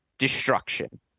destruction